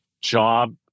job